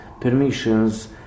permissions